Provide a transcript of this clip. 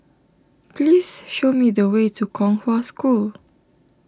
please show me the way to Kong Hwa School